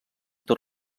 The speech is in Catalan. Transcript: tot